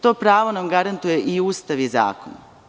To pravo nam garantuju i Ustav i zakon.